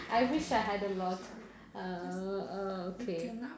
I wish I had a lot uh uh okay